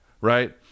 right